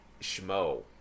Shmo